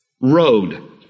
road